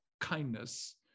kindness